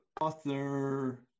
author